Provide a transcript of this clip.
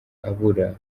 abura